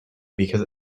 because